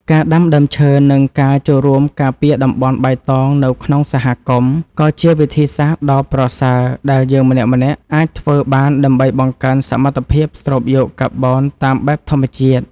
ការដាំដើមឈើ និងការចូលរួមការពារតំបន់បៃតងនៅក្នុងសហគមន៍ ក៏ជាវិធីសាស្ត្រដ៏ប្រសើរដែលយើងម្នាក់ៗអាចធ្វើបានដើម្បីបង្កើនសមត្ថភាពស្រូបយកកាបូនតាមបែបធម្មជាតិ។